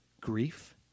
grief